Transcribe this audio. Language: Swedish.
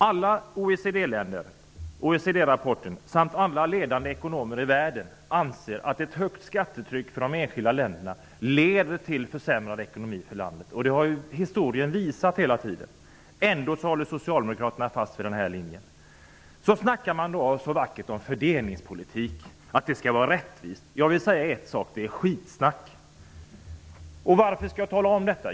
Alla OECD-länder, OECD-rapporten och alla ledande ekonomer i världen anser att ett högt skattetryck i ett ett enskilt land leder till försämrad ekonomi för det landet, och det har ju historien visat hela tiden. Ändå står socialdemokraterna fast vid den här linjen. Sedan pratar man så vänligt om fördelningspolitik, att det skall vara rättvisa. Jag vill bara säga en sak: Det är skitsnack. Varför skall jag tala om detta?